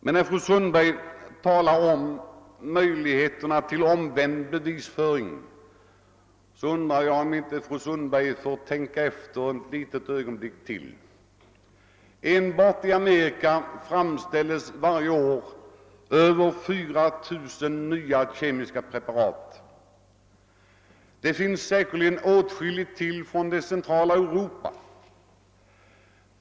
: Fru Sundberg hänvisade till möjligheterna 'att använda »omvänd : bevisföring». Jag undrar emellertid om inte fru Sundberg borde tänka efter ytterligare något i detta sammanhang. Enbart i Amerika: framställs varje år över 4 000 nya kemiska: preparat. Därutöver kommer åtskilliga preparat från det centrala Europa.